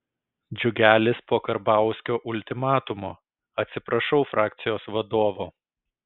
džiugelis po karbauskio ultimatumo atsiprašau frakcijos vadovo